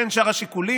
בין שאר השיקולים,